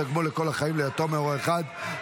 תגמול לכל החיים ליתום מהורה אחד),